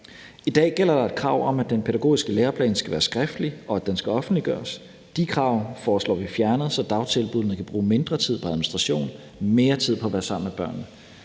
I dag gælder der et krav om, at den pædagogiske læreplan skal være skriftlig, og at den skal offentliggøres. De krav foreslår vi fjernet, så dagtilbuddene kan bruge mindre tid på administration og mere tid på at være sammen med børnene.